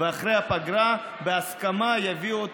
ואחרי הפגרה בהסכמה יביאו אותו.